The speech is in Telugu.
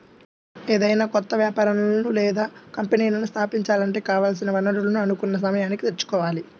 ఏదైనా కొత్త వ్యాపారాలను లేదా కంపెనీలను స్థాపించాలంటే కావాల్సిన వనరులను అనుకున్న సమయానికి తెచ్చుకోవాలి